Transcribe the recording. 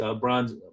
bronze